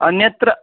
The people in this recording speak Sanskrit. अन्यत्र